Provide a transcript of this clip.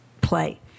play